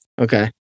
okay